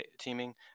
teaming